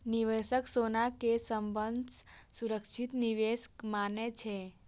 निवेशक सोना कें सबसं सुरक्षित निवेश मानै छै